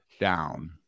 down